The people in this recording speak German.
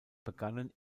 begannen